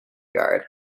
yard